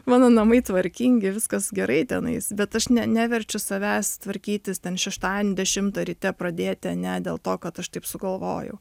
mano namai tvarkingi viskas gerai tenais bet aš ne neverčiu savęs tvarkytis ten šeštadienį dešimtą ryte pradėti ane dėl to kad aš taip sugalvojau